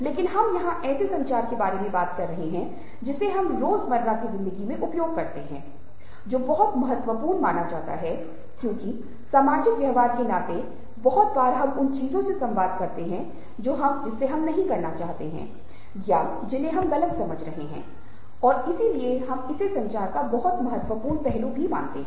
लेकिन हम यहाँ ऐसे संचार की बात कर रहे हैं जिसे हम रोज़ मर्रा की ज़िन्दगी में उपयोग करते हैं जो बहुत महत्वपूर्ण माना जाता है क्योंकि सामाजिक व्यवहार के नाते बहुत बार हम उन चीजों से संवाद करते हैं जो हम नहीं करना चाहते हैं या जिन्हे हम गलत समझ रहे हैं और इसलिए हम इसे संचार का बहुत महत्वपूर्ण पहलू मानते हैं